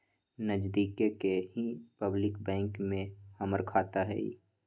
नजदिके के ही पब्लिक बैंक में हमर खाता हई